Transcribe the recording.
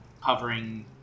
hovering